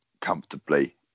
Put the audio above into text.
comfortably